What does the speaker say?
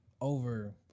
over